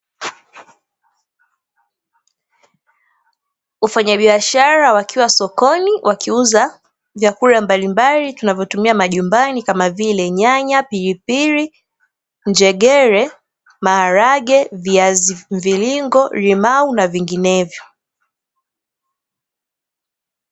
Wafanyabiashara wakiwa sokoni wakiuza vyakula mbalimbali tunavyotumia majumbani kama vile: nyanya, pilpili, njegere, maharage, viazi mviringo, limau na vinginevyo.